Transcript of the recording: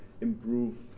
improve